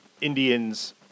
Indians